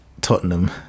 Tottenham